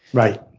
right.